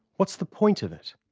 what's the point of it?